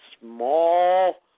small